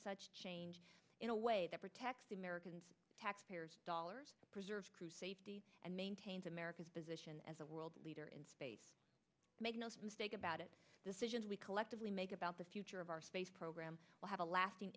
such change in a way that protects the americans taxpayers dollars preserves crew safety and maintains america's position as a world leader in space make no mistake about it decisions we collectively make about the future of our space program will have a lasting